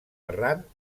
errant